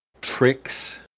tricks